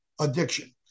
addiction